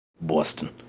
Boston